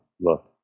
look